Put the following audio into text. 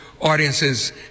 audiences